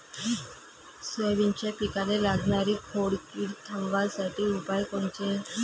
सोयाबीनच्या पिकाले लागनारी खोड किड थांबवासाठी उपाय कोनचे?